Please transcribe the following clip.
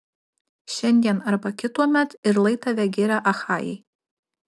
šiandien arba kituomet ir lai tave giria achajai